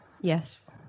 Yes